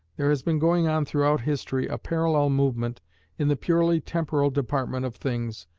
there has been going on throughout history a parallel movement in the purely temporal department of things,